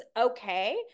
okay